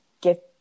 get